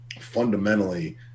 fundamentally